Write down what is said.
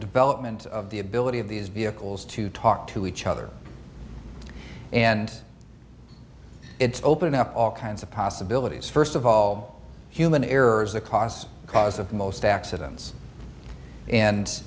development of the ability of these vehicles to talk to each other and it's opened up all kinds of possibilities first of all human errors the cost cause of most accidents and